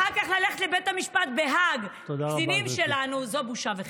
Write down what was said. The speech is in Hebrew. אחר כך ללכת לבית המשפט בהאג נגד הקצינים שלנו זו בושה וחרפה.